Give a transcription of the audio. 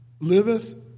liveth